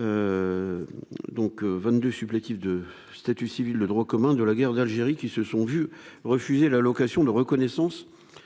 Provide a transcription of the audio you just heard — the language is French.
donc 22 supplétifs de statut civil de droit commun de la guerre d'Algérie, qui se sont vu refuser l'allocation de reconnaissance